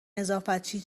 نظافتچی